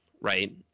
right